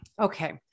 Okay